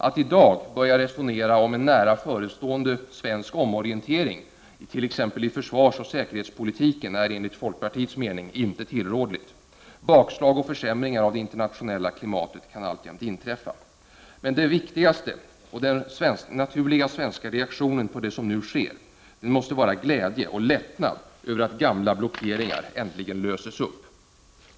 Att i dag börja resonera om en nära förestående svensk omorientering, t.ex. av försvarsoch säkerhetspolitiken, är enligt folkpartiets mening inte tillrådligt. Bakslag och försämringar i det internationella klimatet kan alltjämt inträffa. Men den viktigaste och den naturliga svenska reaktionen på det som nu sker måste vara glädje och lättnad över att gamla blockeringar äntligen löses upp.